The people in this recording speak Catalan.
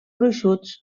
gruixuts